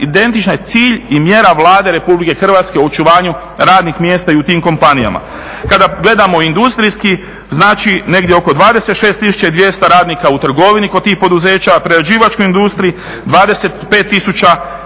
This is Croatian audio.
identičan cilj i mjera Vlade Republike Hrvatske u očuvanju radnih mjesta u tim kompanijama. Kada gledamo industrijski znači negdje oko 26 200 radnika u trgovini kod tih poduzeća, prerađivačkoj industriji 25 000,